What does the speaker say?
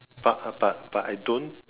but but but I don't